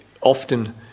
often